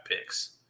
picks